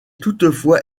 toutefois